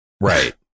Right